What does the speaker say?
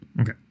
Okay